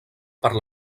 per